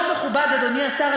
לא מכובד, אדוני השר.